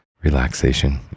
relaxation